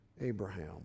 Abraham